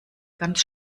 ganz